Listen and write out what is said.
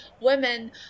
women